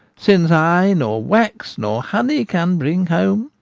since i nor wax nor honey can bring home,